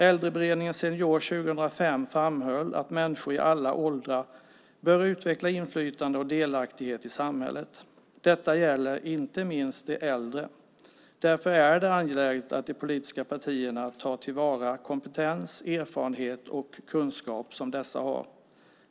Äldreberedningen Senior 2005 framhöll att människor i alla åldrar bör utveckla inflytande och delaktighet i samhället. Detta gäller inte minst de äldre. Därför är det angeläget att de politiska partierna tar till vara kompetens, erfarenhet och kunskap som dessa har.